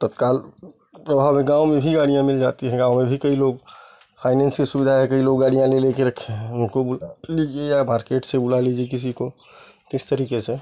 तत्काल प्रभाव में गाँव में भी गाड़ियाँ मिल जाती हैं गाँव में भी कई लोग फ़ाइनैन्स की सुविधा है कई लोग गाड़ियाँ ले लेके रखे हैं उनको बुला लीजिए या मार्केट से बुला लीजिए किसी को तो इस तरीक़े से